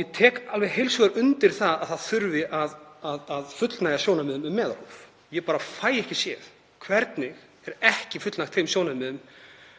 Ég tek alveg heils hugar undir að það þurfi að fullnægja sjónarmiðum um meðalhóf. Ég bara fæ ekki séð hvernig þeim er ekki fullnægt með þessu